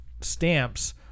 stamps